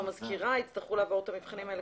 מזכירה יצטרכו לעבור את המבחנים האלה